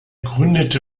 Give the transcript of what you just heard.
gründete